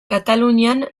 katalunian